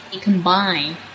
combine